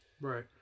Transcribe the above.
Right